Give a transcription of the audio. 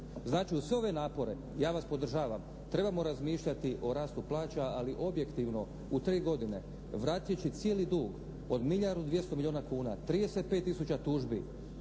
Znači, uz sve ove napore, ja vas podržavam, trebamo razmišljati o rastu plaća ali objektivno u tri godine vrativši cijeli dug od milijardu 200 milijuna kuna, 35 tisuća tužbi,